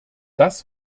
das